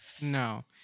no